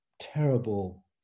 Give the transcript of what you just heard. terrible